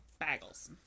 bagels